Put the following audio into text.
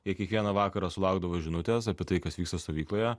jie kiekvieną vakarą sulaukdavo žinutes apie tai kas vyksta stovykloje